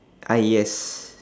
ah yes